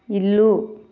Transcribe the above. ఇల్లు